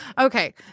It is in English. Okay